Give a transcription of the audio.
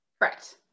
Right